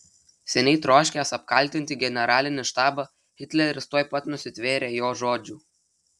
seniai troškęs apkaltinti generalinį štabą hitleris tuoj pat nusitvėrė jo žodžių